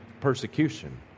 persecution